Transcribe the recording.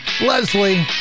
Leslie